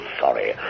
sorry